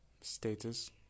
status